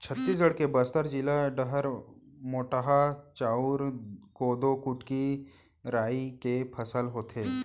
छत्तीसगढ़ के बस्तर जिला डहर मोटहा चाँउर, कोदो, कुटकी, राई के फसल होथे